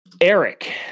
Eric